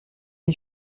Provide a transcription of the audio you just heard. les